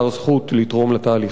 הזכות לתרום לתהליך הזה.